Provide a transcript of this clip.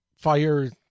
fire